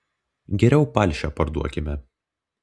geriau palšę parduokime